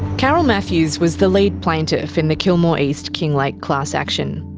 carol matthews was the lead plaintiff in the kilmore east-kinglake class action.